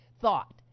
thought